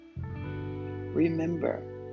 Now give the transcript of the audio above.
remember